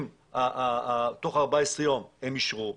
אם תוך 14 ימים הם אישרו,